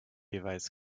jeweils